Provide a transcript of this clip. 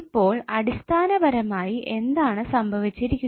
ഇപ്പോൾ അടിസ്ഥാനപരമായി എന്താണ് സംഭവിച്ചിരിക്കുന്നത്